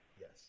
Yes